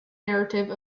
narrative